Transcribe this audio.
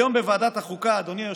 היום בוועדת החוקה, אדוני היושב-ראש,